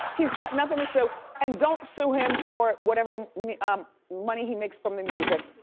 he's got nothing to sue and don't sue him for whatever money he makes from the music.